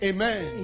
Amen